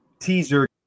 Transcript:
teaser